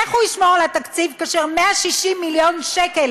איך הוא ישמור על התקציב כאשר 160 מיליון שקל